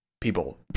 people